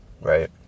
right